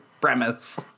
premise